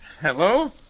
Hello